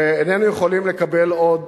ואיננו יכולים לקבל עוד